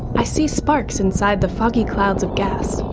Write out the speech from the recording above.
i see sparks inside the foggy clouds of gas.